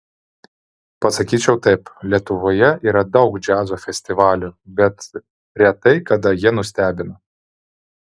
pasakyčiau taip lietuvoje yra daug džiazo festivalių bet retai kada jie nustebina